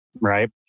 right